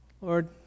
Lord